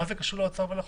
מה זה קשור לאוצר ולחוק?